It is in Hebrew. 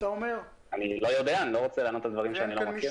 אני לא רוצה לענות על דברים שאני לא מכיר.